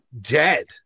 Dead